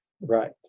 Right